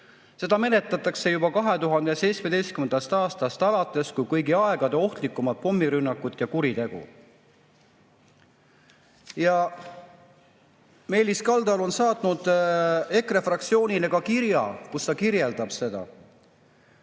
Seda menetletakse juba 2017. aastast alates kui kõigi aegade ohtlikemat pommirünnakut ja kuritegu. Meelis Kaldalu on saatnud EKRE fraktsioonile kirja, kus ta kirjeldab seda.